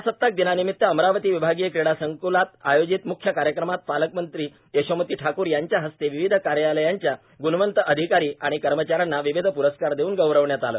प्रजासताक दिनानिमित अमरावती विभागीय क्रीडा संक्लात आयोजित म्ख्य कार्यक्रमात पालकमंत्री यशोमती ठाकूर यांच्या हस्ते विविध कार्यालयांच्या ग्णवंत अधिकारी आणि कर्मचाऱ्यांना विविध प्रस्कार देऊन गौरविण्यात आले